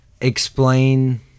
explain